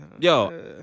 Yo